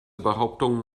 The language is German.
behauptung